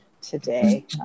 today